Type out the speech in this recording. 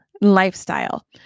lifestyle